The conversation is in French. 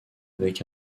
avec